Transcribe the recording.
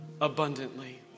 abundantly